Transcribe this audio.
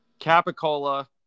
capicola